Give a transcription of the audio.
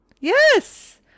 Yes